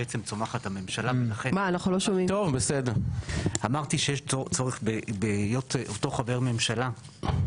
אמרתי שיש צורך בהיות אותו חבר ממשלה,